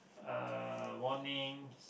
uh warnings